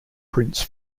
prince